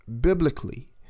biblically